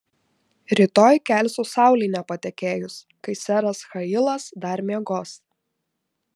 rytoj kelsiu saulei nepatekėjus kai seras hailas dar miegos